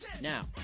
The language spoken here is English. Now